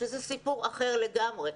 שזה סיפור אחר לגמרי.